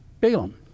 Balaam